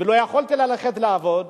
ולא יכולתי ללכת לעבוד,